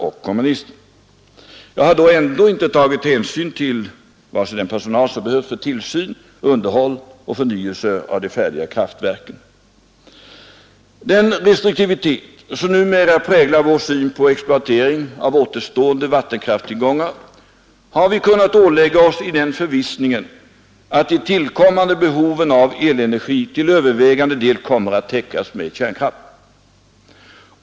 Detta har omintetgjorts genom det beslut som fattades av riksdagens majoritet, av de tre borgerliga partierna och kommunisterna. Den restriktivitet som numera präglar vår syn på exploateringen av återstående vattenkraftstillgångar har vi kunnat ålägga oss i förvissningen att de tillkommande behoven av elenergi till övervägande del kommer att täckas med kärnkraft.